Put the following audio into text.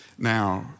Now